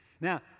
Now